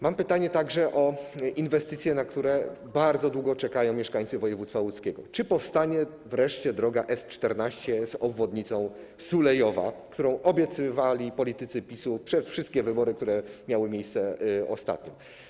Mam także pytanie o inwestycje, na które bardzo długo czekają mieszkańcy województwa łódzkiego: Czy powstanie wreszcie droga S14 z obwodnicą Sulejowa, którą obiecywali politycy PiS-u przed wszystkimi wyborami, które miały miejsce ostatnio?